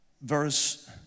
verse